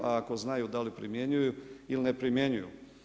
A ako znaju, da li primjenjuju ili ne primjenjuju.